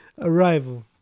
Arrival